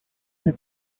the